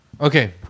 Okay